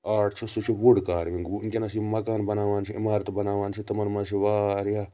art چھُ سُہ چھُ وُڈ کاروِنٛگ وٕنکیٚنَس یِم مَکان بَناوان چھِ عمارتہٕ بَناوان چھِ تِمَن مَنٛز چھِ واریاہ